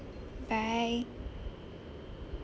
bye